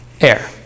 air